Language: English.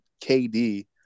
KD